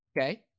Okay